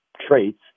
traits